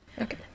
Okay